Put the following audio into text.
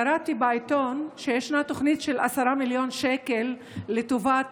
קראתי בעיתון שישנה תוכנית של 10 מיליון שקל לטובת